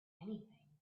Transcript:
anything